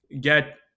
get